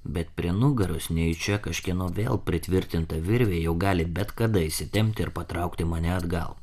bet prie nugaros nejučia kažkieno vėl pritvirtinta virvė jau gali bet kada įsitempti ir patraukti mane atgal